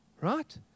right